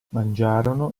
mangiarono